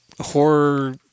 horror